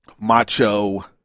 macho